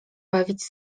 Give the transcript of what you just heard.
bawić